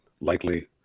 likely